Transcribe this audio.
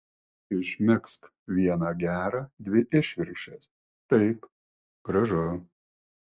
išmegzk vieną gerą dvi išvirkščias taip gražu